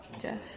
Jeff